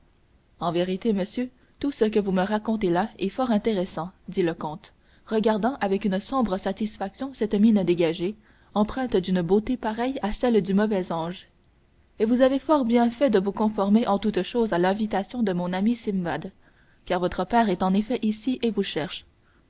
en vérité monsieur tout ce que vous me racontez là est fort intéressant dit le comte regardant avec une sombre satisfaction cette mine dégagée empreinte d'une beauté pareille à celle du mauvais ange et vous avez fort bien fait de vos conformer en toutes choses à l'invitation de mon ami simbad car votre père est en effet ici et vous cherche